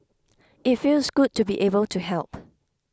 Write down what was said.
it feels good to be able to help